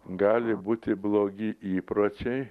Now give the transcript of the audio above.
gali būti blogi įpročiai